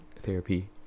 therapy